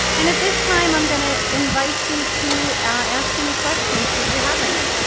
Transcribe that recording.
and at this time, i'm going to invite you to ask any questions should you have any?